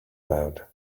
about